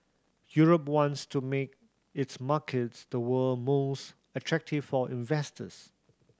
Europe wants to make its markets the world most attractive for investors